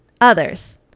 others